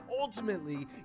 ultimately